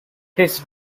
his